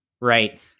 right